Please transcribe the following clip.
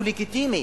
הוא לגיטימי.